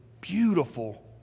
beautiful